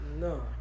No